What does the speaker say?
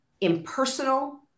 impersonal